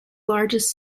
largest